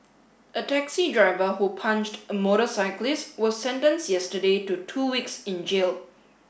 a taxi driver who punched a motorcyclist was sentence yesterday to two weeks in jail